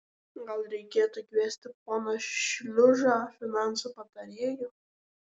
gal reikėtų kviesti poną šliužą finansų patarėju